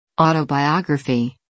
Autobiography